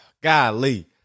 Golly